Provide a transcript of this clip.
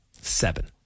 Seven